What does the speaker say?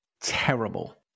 terrible